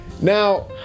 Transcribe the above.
Now